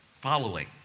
following